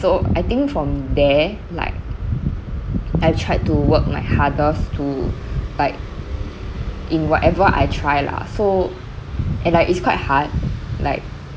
so I think from there like I've tried to work my hardest to like in whatever I try lah so and like it's quite hard like